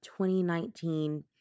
2019